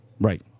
Right